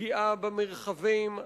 פגיעה במרחבים הציבוריים,